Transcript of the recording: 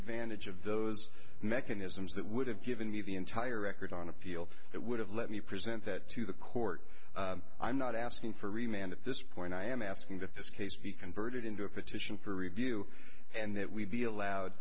advantage of those mechanisms that would have given me the entire record on appeal that would have let me present that to the court i'm not asking for remained at this point i am asking that this case be converted into a petition for review and that we be allowed